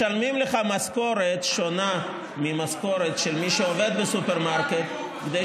משלמים לך משכורת שונה ממשכורת של מי שעובד בסופרמרקט כדי